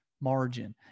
margin